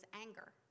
anger